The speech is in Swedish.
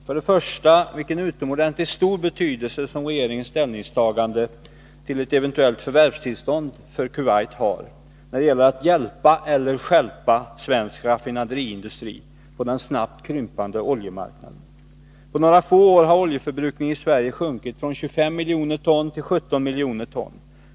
För det första vill jag understryka vilken utomordentligt stor betydelse regeringens ställningstagande till ett eventuellt förvärvstillstånd för Kuwait har när det gäller att hjälpa eller stjälpa svensk raffinaderiindustri på den snabbt krympande oljemarknaden. På några få år har oljeförbrukningen i Sverige sjunkit från 25 miljoner ton till 17 miljoner ton.